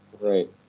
Right